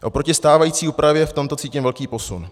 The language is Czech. Oproti stávající úpravě v tomto cítím velký posun.